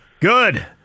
Good